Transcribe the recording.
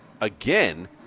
again